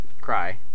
cry